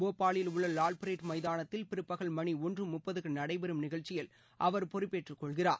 போபாலில் உள்ள வால்பரேட் மைதானத்தில் பிற்பகல் மணி ஒன்று முப்பதுக்கு நடைபெறும் நிகழ்ச்சியில் அவர் பொறுப்பேற்றுக்கொள்கிறார்